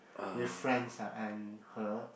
with friends lah and her